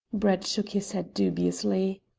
brett shook his head dubiously.